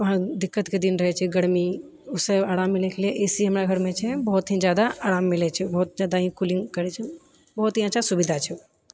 दिक्कतके दिन रहै छै गर्मी ओ से आराम मिलैके लिए ए सी हमरा घरमे छै बहुत ही जादा आराम मिलै छै बहुत जादा ही कूलिङ्ग करै छै बहुत ही अच्छा सुविधा छै ओ